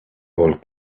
old